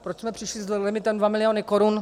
Proč jsme přišli s limitem 2 miliony korun?